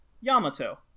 Yamato